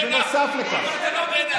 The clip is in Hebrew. אתה עושה את הבדיקה?